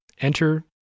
Enter